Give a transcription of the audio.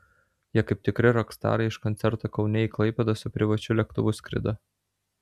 jie kaip tikri rokstarai iš koncerto kaune į klaipėdą su privačiu lėktuvu skrido